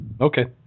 Okay